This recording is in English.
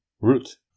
root